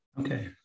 Okay